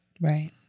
right